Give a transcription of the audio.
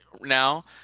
now